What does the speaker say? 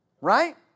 Right